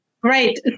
Great